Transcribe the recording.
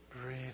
breathe